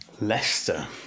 Leicester